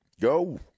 Go